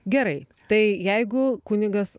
gerai tai jeigu kunigas